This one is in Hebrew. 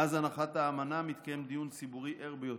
מאז הנחת האמנה מתקיים דיון ציבורי ער ביותר,